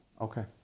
Okay